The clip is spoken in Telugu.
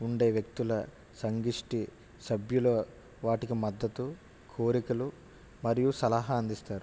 ఉండే వ్యక్తుల సంఘిష్టి సభ్యుల వాటికి మద్దతు కోరికలు మరియు సలహా అందిస్తారు